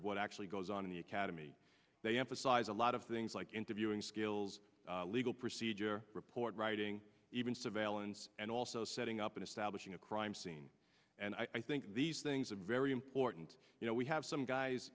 of what actually goes on in the academy they emphasize a lot of things like interviewing skills legal procedure report writing even surveillance and also setting up in establishing a crime scene and i think these things are very important you know we have some guys